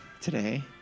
today